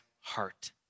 heart